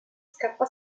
scappa